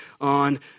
on